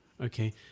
Okay